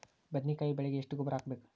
ಬದ್ನಿಕಾಯಿ ಬೆಳಿಗೆ ಎಷ್ಟ ಗೊಬ್ಬರ ಹಾಕ್ಬೇಕು?